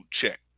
check